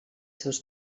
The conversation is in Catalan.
seus